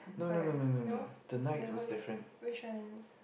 right no then how it which one